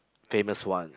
famous one